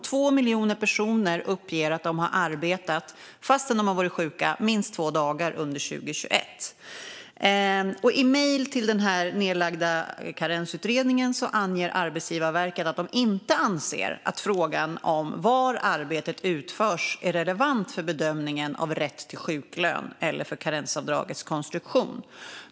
Två miljoner personer uppger att de har arbetat fast de har varit sjuka minst två dagar under 2021. I mejl till den nedlagda Karensutredningen anger Arbetsgivarverket att de inte anser att frågan om var arbetet utförs är relevant för bedömningen av rätt till sjuklön eller för karensavdragets konstruktion.